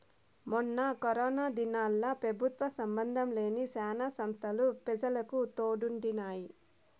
మొన్న కరోనా దినాల్ల పెబుత్వ సంబందం లేని శానా సంస్తలు పెజలకు తోడుండినాయి